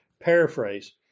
paraphrase